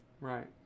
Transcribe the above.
right